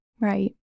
Right